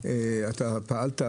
פעלת,